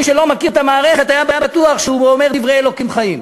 מי שלא מכיר את המערכת היה בטוח שהוא אומר דברי אלוקים חיים.